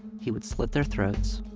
he would slit their throats,